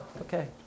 Okay